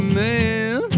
man